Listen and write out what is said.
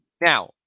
now